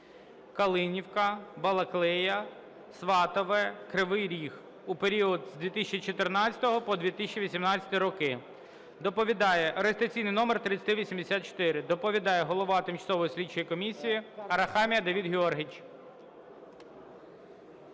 Калинівка, Балаклія, Сватове, Кривий Ріг у період з 2014 по 2018 роки (реєстраційний номер 3384). Доповідає голова Тимчасової слідчої комісії Арахамія Давид Георгійович.